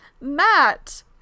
Matt